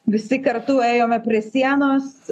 visi kartu ėjome prie sienos